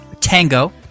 Tango